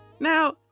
Now